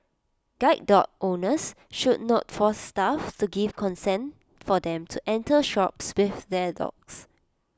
guide dog owners should not force staff to give consent for them to enter shops with their dogs